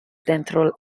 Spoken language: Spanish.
dentro